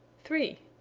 three!